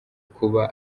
kuba